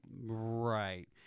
Right